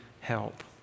help